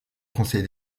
conseil